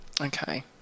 Okay